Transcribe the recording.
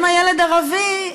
ואם הילד ערבי,